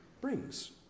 brings